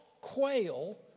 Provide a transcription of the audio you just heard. quail